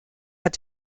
hat